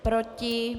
Proti?